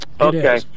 Okay